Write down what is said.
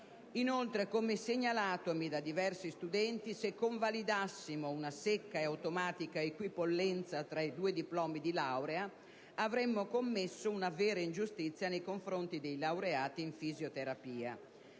Inoltre, come segnalatomi da diversi studenti, se convalidassimo una secca e automatica equipollenza tra i due diplomi di laurea, avremmo commesso una vera ingiustizia nei confronti dei laureati in fisioterapia